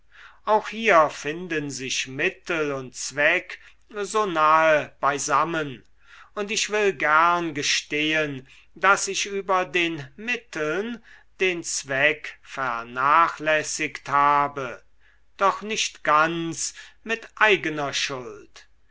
auch hier finden sich mittel und zweck so nahe beisammen und ich will gern gestehen daß ich über den mitteln den zweck vernachlässigt habe doch nicht ganz mit eigener schuld